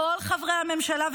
ראש הממשלה אחראי לאסון מירון.